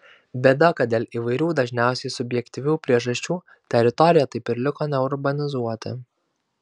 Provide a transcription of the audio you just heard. bėda kad dėl įvairių dažniausiai subjektyvių priežasčių teritorija taip ir liko neurbanizuota